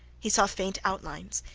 he saw faint outlines.